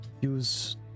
use